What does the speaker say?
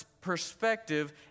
perspective